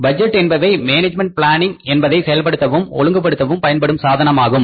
budget என்பவை management planning என்பதை செயல்படுத்தவும் ஒழுங்குபடுத்தவும் பயன்படும் சாதனம் ஆகும்